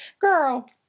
girl